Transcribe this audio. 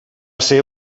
ser